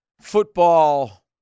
football